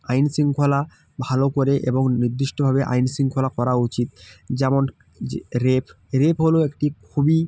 আইন শৃঙ্খলা ভালো করে এবং নির্দিষ্টভাবে আইন শৃঙ্খলা করা উচিত যেমন যে রেপ রেপ হলো একটি খুবই